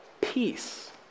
Peace